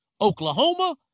Oklahoma